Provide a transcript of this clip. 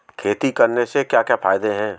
खेती करने से क्या क्या फायदे हैं?